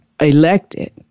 elected